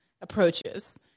approaches